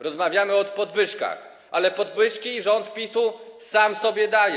Rozmawiamy o podwyżkach, ale podwyżki rząd PiS-u sam sobie daje.